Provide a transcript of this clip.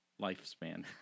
lifespan